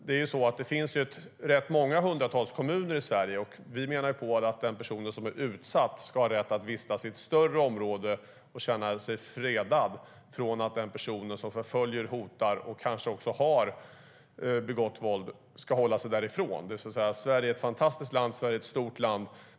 Det finns hundratals kommuner i Sverige. Och vi menar att personen som är utsatt ska ha rätt att vistas i ett större område och kunna känna sig fredad. Och personen som förföljer, hotar och kanske också har begått våld ska hålla sig därifrån. Sverige är ett fantastiskt land och ett stort land.